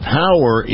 power